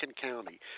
County